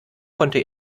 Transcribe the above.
konnte